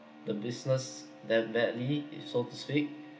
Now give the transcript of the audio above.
the business that badly it so to speak